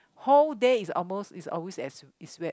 whole days almost is always as is wet